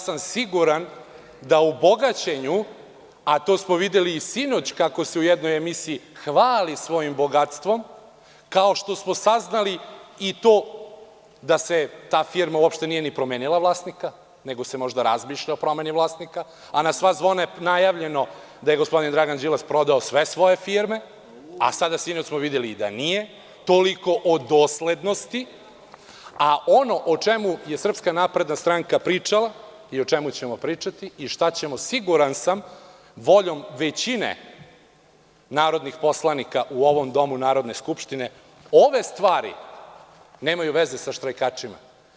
Siguran sam da u bogaćenju, a to smo videli i sinoć kako se u jednoj emisiji hvali svojim bogatstvom, kao što smo saznali i to da se ta firma, uopšte nije ni promenila vlasnika, nego se možda razmišlja o promeni vlasnika, a na sva zvona je najavljeno da je gospodin Dragan Đilas prodao sve svoje firme, a sada, sinoć smo videli i da nije, toliko o doslednosti, a ono o čemu je SNS pričala i o čemu ćemo pričati i šta ćemo, siguran sam, voljom većine narodnih poslanika u ovom Domu Narodne skupštine, ove stvari nemaju veze sa štrajkačima.